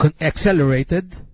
accelerated